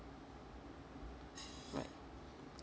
right